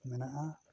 ᱢᱮᱱᱟᱜᱼᱟ